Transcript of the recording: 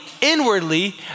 inwardly